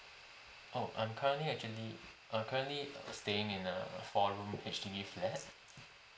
oh I'm currently actually uh currently staying in a four room H_D_B flat